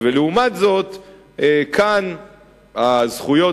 ולעומת זאת גם כאן הזכויות,